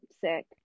Sick